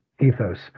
ethos